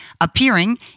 appearing